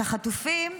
את החטופים,